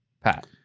Pat